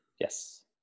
Yes